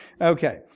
Okay